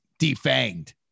defanged